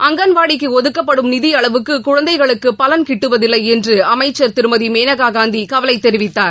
அங்கன்வாடிக்கு ஒதுக்கப்படும் நிதி அளவுக்கு குழந்தைகளுக்கு பலன் கிட்டுவதில்லை என்று அமைச்சர் திருமதி மேகாகாந்தி கவலை தெரிவித்தார்